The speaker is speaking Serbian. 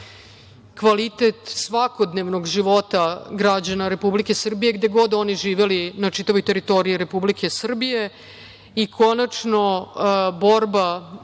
kvalitet svakodnevno života građana Republike Srbije gde god oni živeli, na čitavoj teritoriji Republike Srbije i konačno, borba